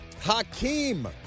Hakeem